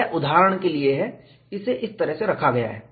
यह उदाहरण के लिए है इसे इस तरह से रखा गया है